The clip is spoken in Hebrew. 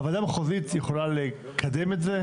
הועדה המחוזית יכולה לקדם את זה.